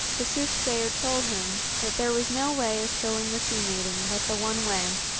the soothsayer told him that there was no way of killing the sea-maiden but the one way,